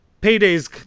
Payday's